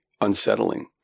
unsettling